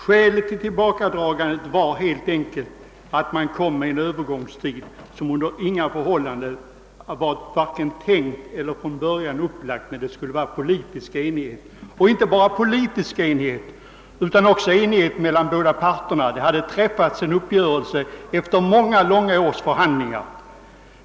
Skälet till tillbakadragandet var helt enkelt att det kom med en övergångstid som man under inga förhållanden vare sig beräknat eller tänkt sig när man räknade med att det skulle råda politisk enighet i frågan inte endast politisk enighet utan också enighet mellan de båda berörda hyresmarknadsparterna. En uppgörelse dem emellan hade träffats efter många och långa års förhandlingar.